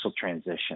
transition